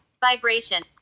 Vibration